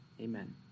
Amen